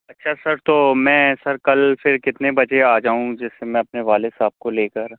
اچھا سر تو میں سر کل پھر کتنے بجے آ جاؤں جس سے میں اپنے والد صاحب کو لے کر